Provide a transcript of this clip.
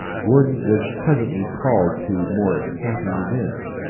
gordon was presently called to more exciting events.